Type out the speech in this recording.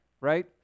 right